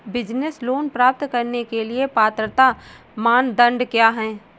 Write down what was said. Business loan प्राप्त करने के लिए पात्रता मानदंड क्या हैं?